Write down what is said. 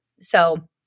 So-